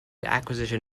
acquisition